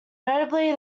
notably